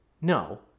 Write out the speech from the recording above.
no